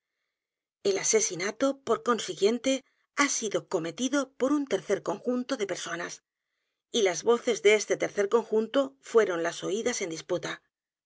el asesinato por consiguiente h a sido cometido por un tercer conjunto de p e r s o n a s y las voces de este tercer conjunto fueron las oídas en disputa